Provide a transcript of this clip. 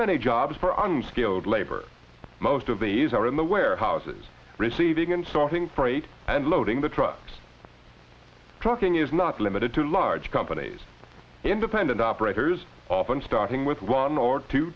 many jobs for unskilled labor most of these are in the warehouses receiving and sorting freight and loading the trucks trucking is not limited to large companies independent operators often starting with one or two